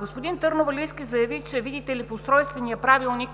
Господин Търновалийски заяви, че, видите ли, в Устройствения правилник,